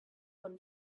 one